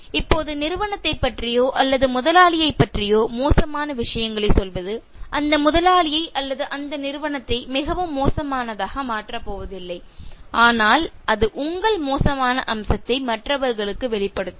இப்போது நிறுவனத்தைப் பற்றியோ அல்லது முதலாளியைப் பற்றியோ மோசமான விஷயங்களைச் சொல்வது அந்த முதலாளியை அல்லது அந்த நிறுவனத்தை மிகவும் மோசமானதாக மாற்றப் போவதில்லை ஆனால் அது உங்கள் மோசமான அம்சத்தை மற்றவர்களுக்கு வெளிப்படுத்தும்